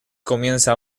comienza